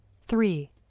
three.